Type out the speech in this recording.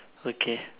okay